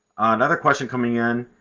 another question coming in